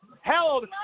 held